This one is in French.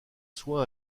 soins